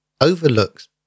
overlooks